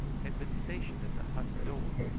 had been stationed at the hut door.